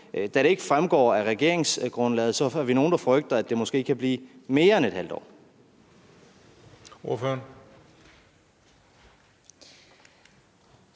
Da det ikke fremgår af regeringsgrundlaget, er vi nogle, der frygter, at det måske kan blive mere end ½ år.